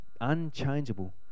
unchangeable